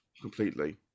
completely